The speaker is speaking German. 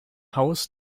haus